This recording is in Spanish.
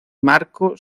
marco